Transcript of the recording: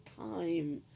time